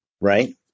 Right